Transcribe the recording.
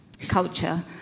culture